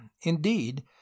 Indeed